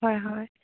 হয় হয়